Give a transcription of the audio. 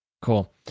Cool